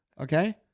okay